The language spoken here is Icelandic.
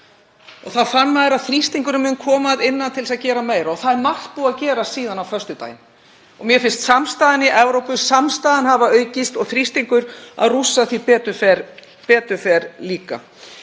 Þá fann maður að þrýstingurinn mun koma að innan til þess að gera meira. Það er margt búið að gerast síðan á föstudaginn og mér finnst samstaðan í Evrópu hafa aukist og þrýstingur á Rússa sem betur fer líka.